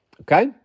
Okay